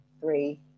three